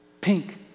Pink